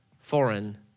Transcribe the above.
foreign